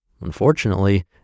Unfortunately